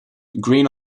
green